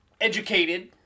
educated